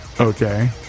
Okay